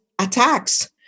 attacks